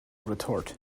retort